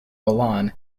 milan